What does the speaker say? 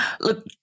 Look